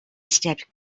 stepped